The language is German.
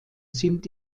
sind